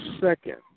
second